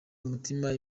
umutima